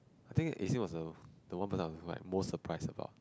I think Aseen was the one person I was the most surprised about